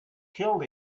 killed